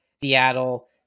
Seattle